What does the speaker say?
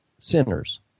sinners